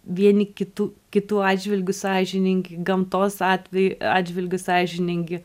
vieni kitų kitų atžvilgiu sąžiningi gamtos atvej atžvilgiu sąžiningi